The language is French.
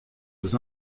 aux